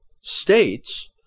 states